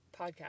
podcast